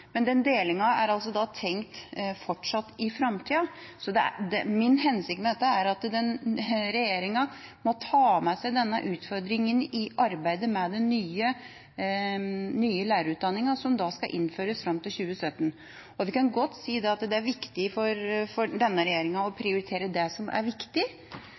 Men den delinga er altså tenkt å fortsette i framtida. Min hensikt med dette er at regjeringa må ta med seg denne utfordringa i arbeidet med den nye lærerutdanninga som skal innføres fra 2017. Man kan godt si at det er viktig for den nåværende regjeringa å prioritere det som er viktig,